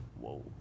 whoa